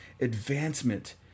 advancement